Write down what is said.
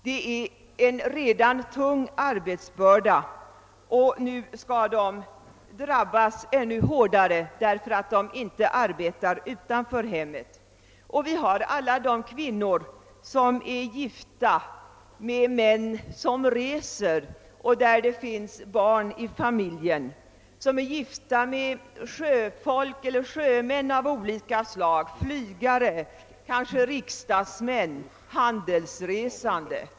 Redan det är en tung arbetsbörda. Nu skall hon drabbas ännu hårdare för att hon inte arbetar utanför hemmet. Vi har vidare alla de kvinnor som är gifta med män som reser och som har barn i familjen, de som är gifta med sjömän av olika slag, flygare, kanske riksdagsmän eller handelsresande.